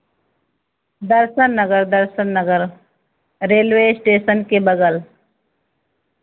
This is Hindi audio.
दर्शन नगर दर्शन नगर रेलवे स्टेशन के बगल